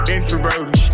Introverted